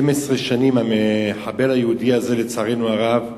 12 שנים המחבל היהודי הזה, לצערנו הרב,